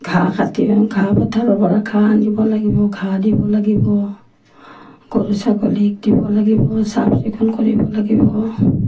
ঘাঁহ কাটি ঘাঁহ পথাৰৰ পৰা ঘাঁহ আনিব লাগিব ঘাঁহ দিব লাগিব গৰু ছাগলীক দিব লাগিব চাফ চিকুণ কৰিব লাগিব